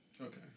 Okay